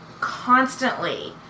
constantly